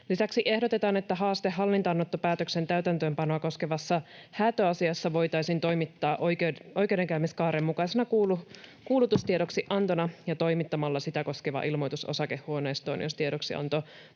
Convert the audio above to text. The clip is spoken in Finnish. Lisäksi ehdotetaan, että haaste hallintaanottopäätöksen täytäntöönpanoa koskevassa häätöasiassa voitaisiin toimittaa oikeudenkäymiskaaren mukaisena kuulutustiedoksiantona ja toimittamalla sitä koskeva ilmoitus osakehuoneistoon, jos tiedoksianto